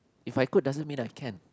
if I could doesn't mean I can